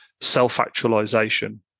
self-actualization